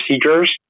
procedures